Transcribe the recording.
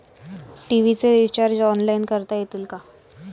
TV चे recharge online करता येईल का?